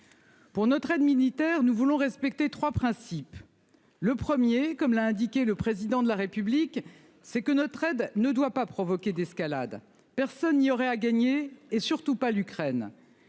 Pour notre aide militaire. Nous voulons respecter 3 principes. Le premier, comme l'a indiqué le président de la République, c'est que notre aide ne doit pas provoquer d'escalade. Personne n'y aurait à gagner et surtout pas l'Ukraine.